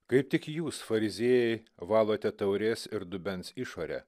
kaip tik jūs fariziejai valote taurės ir dubens išorę